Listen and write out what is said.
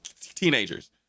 teenagers